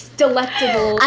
delectable